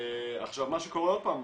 עוד פעם,